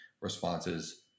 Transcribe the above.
responses